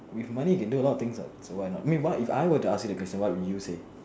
with money you can do a lot of things what so why not I mean if I were to ask you the question what would you say